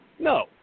No